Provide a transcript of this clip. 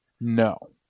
no